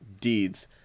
deeds